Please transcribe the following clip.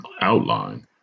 outline